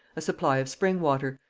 a supply of spring water,